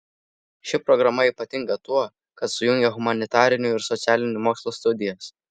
ši programa ypatinga tuo kad sujungia humanitarinių ir socialinių mokslų studijas